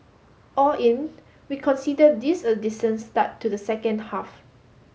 all in we consider this a decent start to the second half